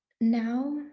now